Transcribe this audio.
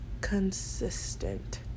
consistent